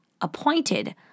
appointed